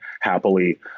happily